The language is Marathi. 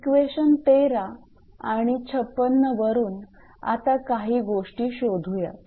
इक्वेशन 13 आणि 56 वरून आता काही गोष्टी शोधूयात